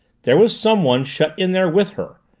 there was someone shut in there with her!